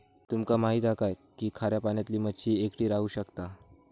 तुमका माहित हा काय की खाऱ्या पाण्यातली मच्छी एकटी राहू शकता